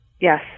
Yes